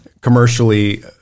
commercially